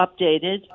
updated